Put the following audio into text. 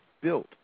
built